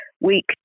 week